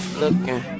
looking